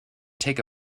take